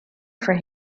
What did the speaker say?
for